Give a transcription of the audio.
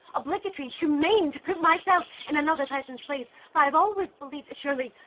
obligatory, humane to put myself in another person's place, for i have always believed, surely,